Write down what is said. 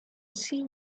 see